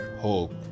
hope